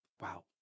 Wow